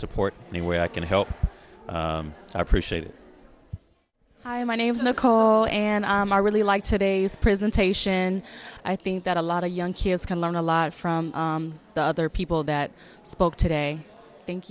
support any way i can help i appreciate it hi my name's local and i really like today's presentation i think that a lot of young kids can learn a lot from other people that spoke today thank